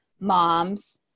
moms